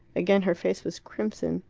again her face was crimson.